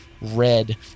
red